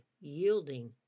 yielding